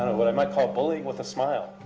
what i might call bullying with a smile.